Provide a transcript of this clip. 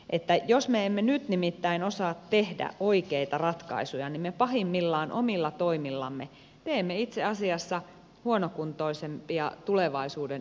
nimittäin jos me emme nyt osaa tehdä oikeita ratkaisuja niin me pahimmillaan omilla toimillamme teemme itse asiassa huonokuntoisempia tulevaisuuden ysikymppisiä